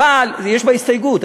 יש בהסתייגות,